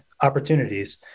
opportunities